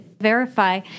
verify